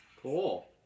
Cool